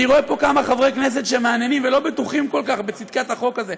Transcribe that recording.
אני רואה פה כמה חברי כנסת שמהנהנים ולא בטוחים כל כך בצדקת החוק הזה.